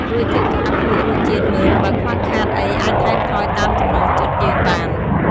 រួចធ្វើការភ្លក្សរសជាតិមើលបើខ្វះខាតអីអាចថែមថយតាមចំណូលចិត្តយើងបាន។